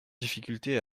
difficultés